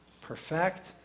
perfect